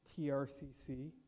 TRCC